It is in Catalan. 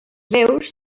veus